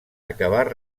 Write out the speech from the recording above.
acabar